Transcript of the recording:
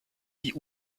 die